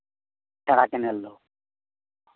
ᱪᱟᱝᱜᱟ ᱠᱮᱱᱮᱞ ᱫᱚ